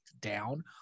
down